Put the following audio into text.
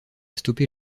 stopper